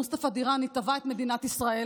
מוסטפא דיראני תבע את מדינת ישראל.